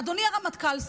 אדוני הרמטכ"ל,